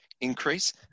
increase